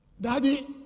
Daddy